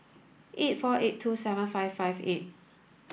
eight four eight two seven five five eight